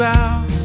out